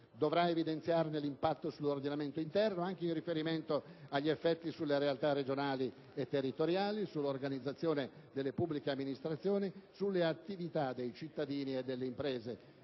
dovrà evidenziarne l'impatto sull'ordinamento interno, anche in riferimento agli effetti sulle realtà regionali e territoriali, sull'organizzazione delle pubbliche amministrazioni e sulle attività dei cittadini e delle imprese;